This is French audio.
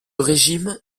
régime